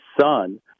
son